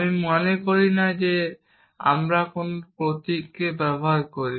আমি মনে করি না যে আমরা কোন প্রতীককে ব্যবহার করি